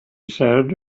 said